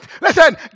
listen